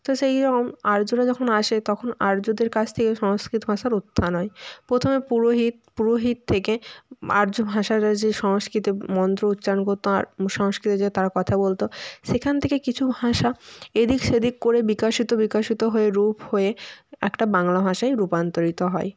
তো সেইরম আর্যরা যখন আসে তখন আর্যদের কাছ থেকে সংস্কৃত ভাষার উত্থান হয় প্রথমে পুরোহিত পুরোহিত থেকে আর্য ভাষাটার যে সংস্কৃততে মন্ত্র উচ্চারণ করতো আর সংস্কৃততে যে তারা কথা বলতো সেখান থেকে কিছু ভাষা এদিক সেদিক করে বিকাশিত বিকাশিত হয়ে রূপ হয়ে একটা বাংলা ভাষায় রূপান্তরিত হয়